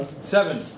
Seven